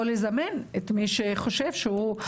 או לזמן את מי שחושב שהוא,